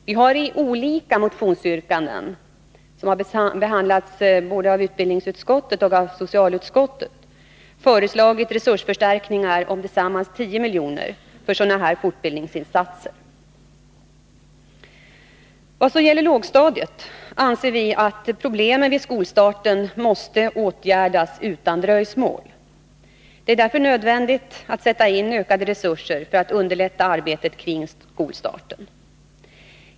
Vi har i olika motionsyrkanden, som har behandlats av både utbildningsutskottet och socialutskottet, föreslagit resursförstärkningar på tillsammans 10 milj.kr. för fortbildningsinsatser av detta slag. Vad så gäller lågstadiet anser vi att problemen vid skolstarten måste åtgärdas utan dröjsmål. Det är nödvändigt att sätta in ökade resurser för att underlätta arbetet kring barnens skolstart.